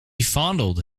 fondled